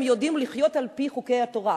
יודעים לחיות על-פי חוקי התורה.